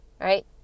right